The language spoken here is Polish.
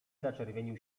zaczerwienił